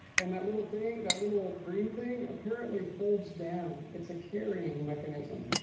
and that little thing, that little green thing apparently folds down. it's a carrying mechanism.